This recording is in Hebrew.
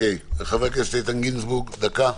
חבר הכנסת איתן גינזבורג, דקה-שתיים.